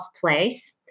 place